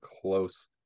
close